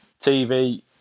TV